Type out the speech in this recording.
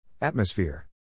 Atmosphere